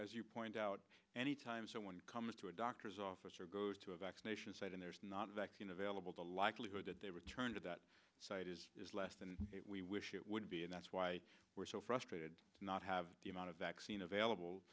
as you point out any time someone comes to a doctor's office or goes to a vaccination site and there's not a vaccine available the likelihood that they return to that site is less than we wish it would be and that's why we're so frustrated not have the amount of vaccine available